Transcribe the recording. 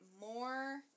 more